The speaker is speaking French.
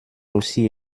aussi